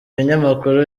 ibinyamakuru